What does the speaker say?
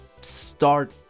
start